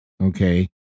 okay